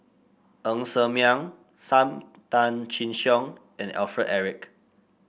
Ng Ser Miang Sam Tan Chin Siong and Alfred Eric